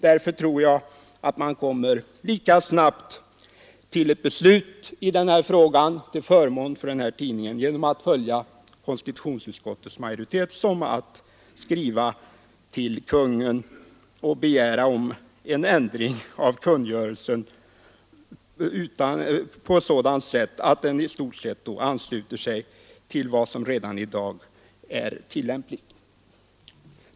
Därför tror jag att man lika snabbt kommer till ett beslut till förmån för denna tidning genom att följa förslaget från konstitutionsutskottets majoritet som genom att skriva till Kungl. Maj:t och begära en ändring av kungörelsen på sådant sätt att den ansluter sig till vad som redan i dag är tillämpligt.